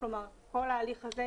כלומר כל ההליך הזה,